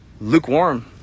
Lukewarm